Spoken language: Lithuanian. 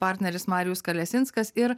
partneris marijus kalesinskas ir